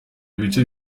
ibice